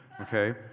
okay